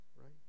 right